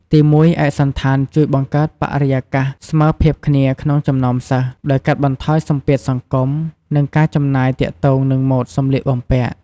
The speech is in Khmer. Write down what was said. ទីមួយ ឯកសណ្ឋានជួយបង្កើតបរិយាកាសស្មើភាពគ្នាក្នុងចំណោមសិស្ស ដោយកាត់បន្ថយសម្ពាធសង្គម និងការចំណាយទាក់ទងនឹងម៉ូដសម្លៀកបំពាក់។